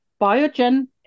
Biogen